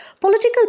political